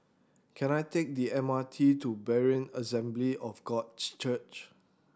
can I take the M R T to Berean Assembly of Church